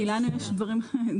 כי לנו יש דברים אחרים.